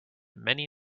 many